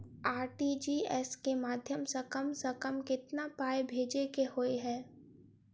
RTGS केँ माध्यम सँ कम सऽ कम केतना पाय भेजे केँ होइ हय?